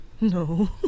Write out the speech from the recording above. No